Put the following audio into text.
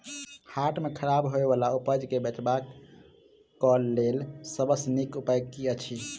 हाट मे खराब होय बला उपज केँ बेचबाक क लेल सबसँ नीक उपाय की अछि?